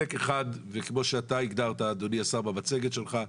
כמו שאתה הגדרת במצגת שלך,